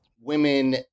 women